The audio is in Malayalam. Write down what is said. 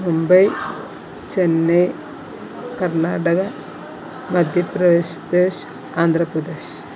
മുബൈ ചെന്നൈ കർണ്ണാടക മധ്യപ്രദേശ് ദേശ് ആന്ധ്രാപ്രദേശ്